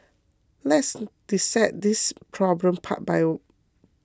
let's dissect this problem part by